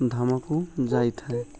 ଧାମକୁ ଯାଇଥାଏ